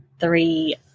three